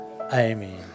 Amen